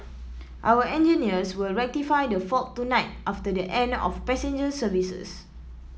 our engineers will rectify the fault tonight after the end of passenger services